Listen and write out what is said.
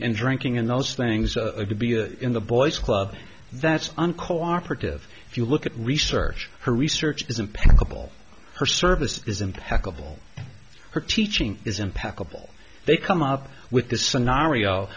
in drinking in those things to be in the boys club that's uncooperative if you look at research her research is impeccable her service isn't hackable her teaching is impeccable they come up with this scenario